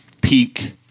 peak